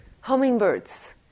hummingbirds